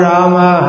Rama